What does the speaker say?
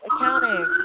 accounting